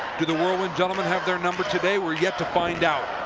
do the whirlwind gentlemen have their number, today? we're yet to find out,